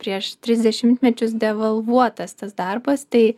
prieš tris dešimtmečius devalvuotas tas darbas tai